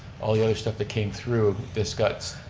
all the other stuff that came through. this got,